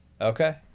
Okay